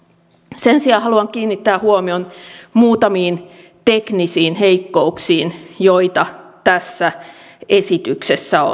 sen sijaan haluan kiinnittää huomion muutamiin teknisiin heikkouksiin joita tässä esityksessä on